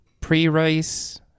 pre-race